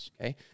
Okay